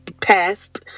past